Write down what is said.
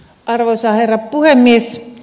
arvoisa herra puhemies